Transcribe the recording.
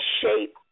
shape